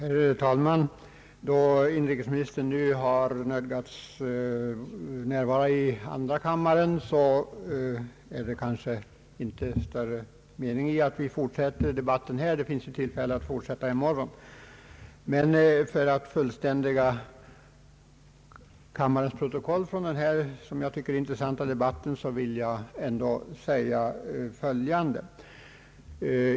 Herr talman! Då inrikesministern nu har nödgats närvara i andra kammaren, är det kanske inte stor mening i att fortsätta debatten nu. Det finns tillfälle att fortsätta den i morgon. För att fullständiga kammarens protokoll från denna, som jag tycker, intressanta debatt, vill jag dock säga följande.